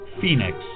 Phoenix